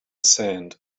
sand